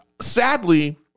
sadly